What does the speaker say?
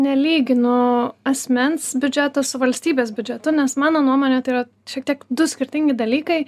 nelyginu asmens biudžeto su valstybės biudžetu nes mano nuomone tai yra šiek tiek du skirtingi dalykai